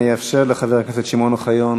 אני אאפשר לחבר הכנסת שמעון אוחיון